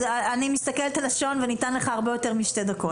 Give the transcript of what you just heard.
אני מסתכלת על השעון וניתן לך הרבה יותר משתי דקות.